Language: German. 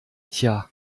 tja